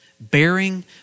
bearing